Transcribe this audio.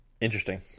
Interesting